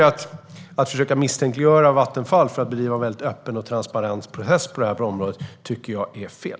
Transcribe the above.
Att försöka misstänkliggöra Vattenfall för att det bedriver en väldigt öppen och transparent process på området är fel.